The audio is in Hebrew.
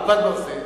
"כיפת הברזל",